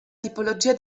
tipologia